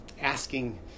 asking